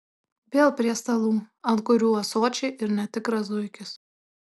vėl prie stalų ant kurių ąsočiai ir netikras zuikis